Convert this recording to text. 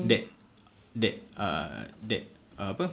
that that err that apa